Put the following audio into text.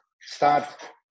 start